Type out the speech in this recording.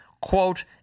quote